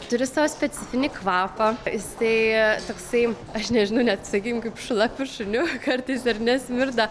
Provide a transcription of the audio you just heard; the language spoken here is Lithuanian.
turi savo specifinį kvapą jisai toksai aš nežinau net sakykim kaip šlapiu šuniu kartais ar ne nesmirda